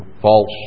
false